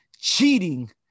cheating